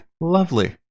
lovely